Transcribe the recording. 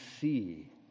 see